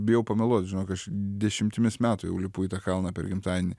bijau pameluot žinok aš dešimtimis metų jau lipu į tą kalną per gimtadienį